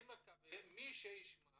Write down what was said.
אני מקווה שמי שישמע